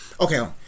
Okay